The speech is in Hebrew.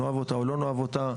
נאהב אותה או לא נאהב אותה,